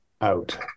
out